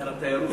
שר התיירות.